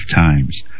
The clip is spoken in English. times